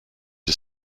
est